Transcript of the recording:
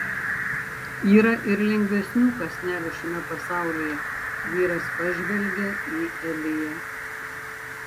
yra ir lengvesnių kąsnelių šiame pasaulyje vyras pažvelgia į eliją